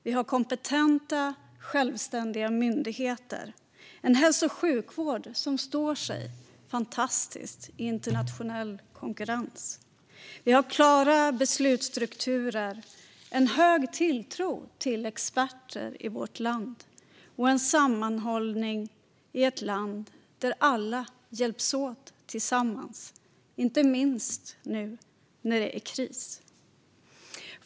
Vi har kompetenta, självständiga myndigheter och en hälso och sjukvård som står sig fantastiskt i internationell konkurrens. Vi har klara beslutsstrukturer, en hög tilltro till experter i vårt land och en sammanhållning i ett land där alla hjälps åt, tillsammans, inte minst nu när det är kris.